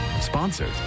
Sponsored